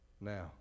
now